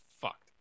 fucked